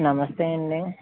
నమస్తే అండి